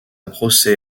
procès